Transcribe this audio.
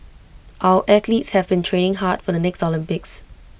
our athletes have been training hard for the next Olympics